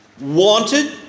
wanted